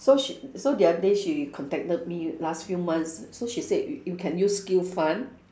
so sh~ so the other day she contacted me last few months so she said you you can use skill fund